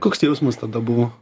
koks jausmas tada buvo